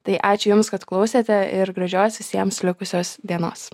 tai ačiū jums kad klausėte ir gražios visiems likusios dienos